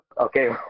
Okay